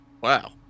Wow